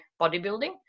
bodybuilding